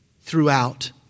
throughout